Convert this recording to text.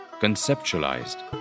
conceptualized